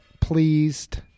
pleased